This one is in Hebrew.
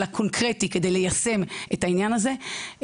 אלא קונקרטי כדי ליישם את העניין הזה.